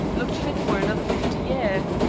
looked fit for another fifty year.